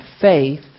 faith